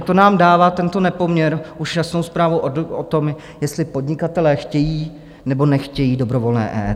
To nám dává, tento nepoměr, už jasnou zprávu o tom, jestli podnikatelé chtějí, nebo nechtějí dobrovolné EET.